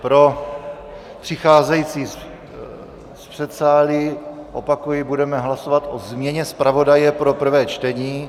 Pro přicházející z předsálí opakuji, že budeme hlasovat o změně zpravodaje pro prvé čtení.